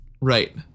Right